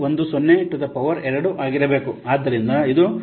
10 to the power 1 by 1 plus 0